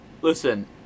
listen